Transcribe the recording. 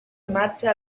marcha